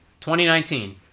2019